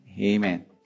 Amen